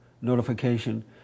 notification